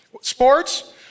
Sports